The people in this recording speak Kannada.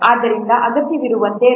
ಆದ್ದರಿಂದ ಅಗತ್ಯವಿರುವಂತೆ ರಿಲಯಬಿಲಿಟಿಯು 0